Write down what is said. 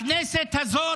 בכנסת הזאת